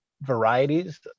varieties